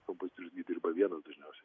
kompozitorius gi dirba vienas dažniausiai